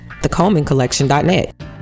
thecolemancollection.net